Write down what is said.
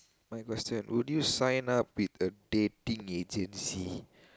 my question would you sign up with a dating agency